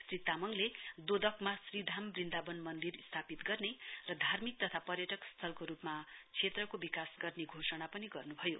श्री तामाङले दोदकमा श्रीधाम वृन्दावन मन्दिर स्थापित गर्ने र धार्मिक तथा पर्यटक स्थलको रूपमा क्षेत्रको विकास गर्ने घोषणा पनि गर्नु भयो